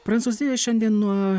prancūzijoj šiandien nuo